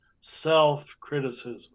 self-criticism